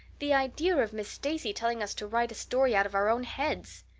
the idea of miss stacy telling us to write a story out of our own heads!